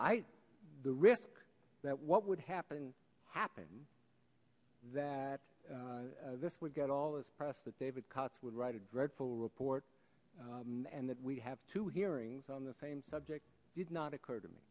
i the risk that what would happen happen that this would get all is press that david cuts would write a dreadful report and that we have two hearings on the same subject did not occur to me